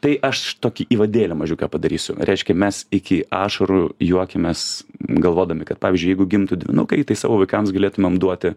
tai aš tokį įvadėlį mažiuką padarysiu reiškia mes iki ašarų juokėmės galvodami kad pavyzdžiui jeigu gimtų dvynukai tai savo vaikams galėtumėm duoti